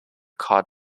cod